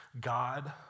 God